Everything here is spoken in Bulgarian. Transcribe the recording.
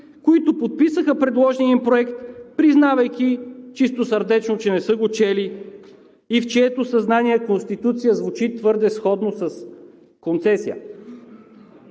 които подписаха предложения проект, признавайки чистосърдечно, че не са го чели и в чието съзнание „конституция“ звучи сходно с „концесия“.